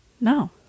No